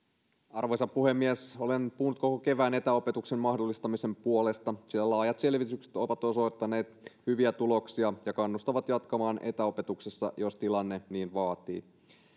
arvoisa puhemies olen puhunut koko kevään etäopetuksen mahdollistamisen puolesta sillä laajat selvitykset ovat osoittaneet hyviä tuloksia ja kannustavat jatkamaan etäopetuksessa jos tilanne niin vaatii